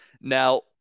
Now